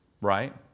right